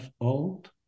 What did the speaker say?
old